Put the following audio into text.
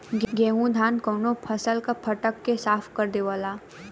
गेहू धान कउनो फसल क फटक के साफ कर देवेला